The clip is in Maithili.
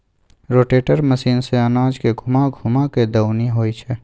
रोटेटर मशीन सँ अनाज के घूमा घूमा कय दऊनी होइ छै